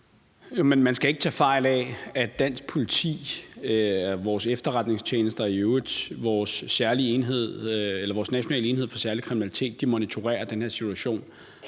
Man skal ikke tage fejl af, at dansk politi, vores efterretningstjenester og National enhed for Særlig Kriminalitet monitorerer den her situation